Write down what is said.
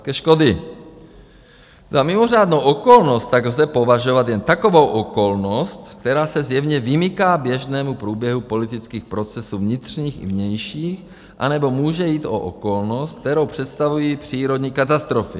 Za mimořádnou okolnost tak lze považovat jen takovou okolnost, která se zjevně vymyká běžnému průběhu politických procesů vnitřních i vnějších, anebo může jít o okolnost, kterou představují přírodní katastrofy.